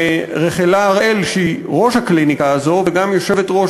לרחלה הראל שהיא ראש הקליניקה הזאת וגם יושבת-ראש